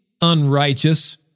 unrighteous